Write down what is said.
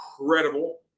incredible